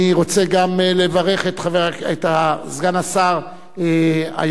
אני רוצה גם לברך את סגן השר אילון.